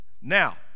Now